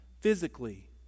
physically